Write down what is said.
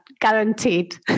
guaranteed